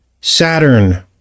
Saturn